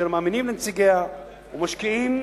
אשר מאמינים לנציגיה ומשקיעים